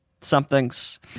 somethings